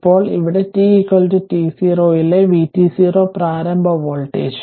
ഇപ്പോൾ ഇവിടെ t t0 ലെ vt0 പ്രാരംഭ വോൾട്ടേജ്